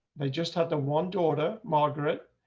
they just had the one daughter margaret.